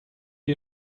you